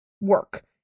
work